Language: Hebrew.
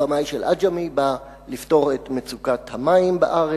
הבמאי של "עג'מי" בא לפתור את מצוקת המים בארץ.